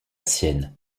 sienne